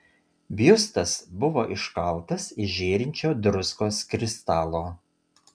biustas buvo iškaltas iš žėrinčio druskos kristalo